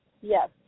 Yes